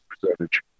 percentage